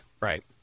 Right